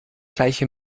gleiche